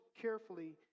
carefully